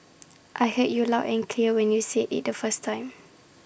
I heard you loud and clear when you said IT the first time